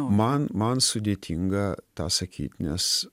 man man sudėtinga tą sakyt nes